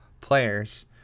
players